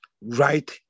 right